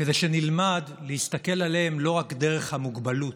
כדי שנלמד להסתכל עליהם לא רק דרך המוגבלות